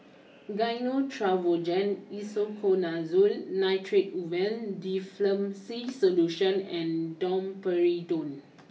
Gyno Travogen Isoconazole Nitrate Ovule Difflam C Solution and Domperidone